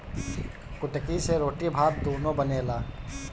कुटकी से रोटी भात दूनो बनेला